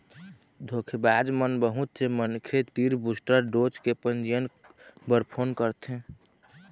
धोखेबाज मन बहुत से मनखे तीर बूस्टर डोज के पंजीयन बर फोन करथे